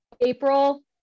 April